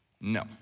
No